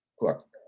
look